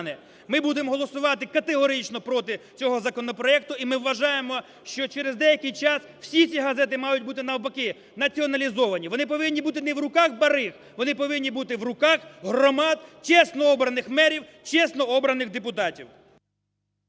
Ми будемо голосувати категорично проти цього законопроекту, і ми вважаємо, що через деякий час всі ці газети мають бути навпаки націоналізовані. Вони повинні бути не в руках бариг, вони повинні бути в руках громад, чесно обраних мерів, чесно обраних депутатів.